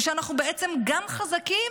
ושאנחנו בעצם גם חזקים